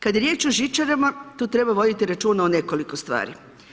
Kad je riječ o žičarama, tu treba voditi računa o nekoliko stvari.